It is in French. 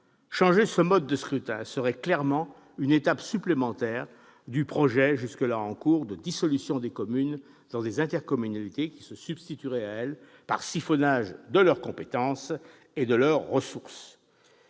Changer ce mode de scrutin serait clairement une étape supplémentaire du projet en cours de mise en oeuvre de dissolution des communes dans des intercommunalités qui se substitueraient à elles par siphonnage de leurs compétences et de leurs ressources.